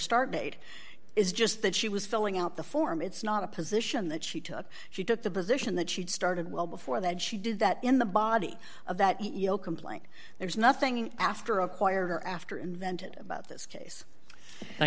start date is just that she was filling out the form it's not a position that she took she took the position that she'd started well before that she did that in the body of that you know complying there's nothing after acquire after invented about this case